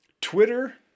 Twitter